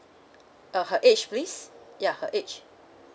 uh her age please ya her age